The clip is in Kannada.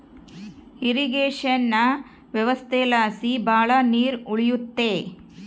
ಇರ್ರಿಗೇಷನ ವ್ಯವಸ್ಥೆಲಾಸಿ ಭಾಳ ನೀರ್ ಉಳಿಯುತ್ತೆ